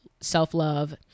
self-love